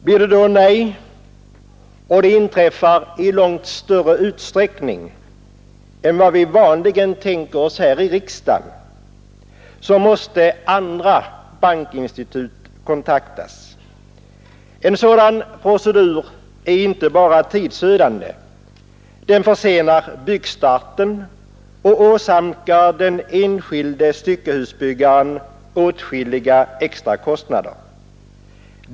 Blir svaret då nej — och det inträffar i långt större utsträckning än vad vi vanligen tänker oss här i riksdagen — så måste andra bankinstitut kontaktas. En sådan procedur är inte bara tidsödande, utan den försenar också byggstarten och åsamkar den enskilde styckehusbyggaren åtskilliga extra kostnader.